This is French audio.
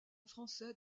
français